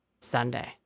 Sunday